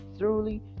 thoroughly